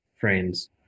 friends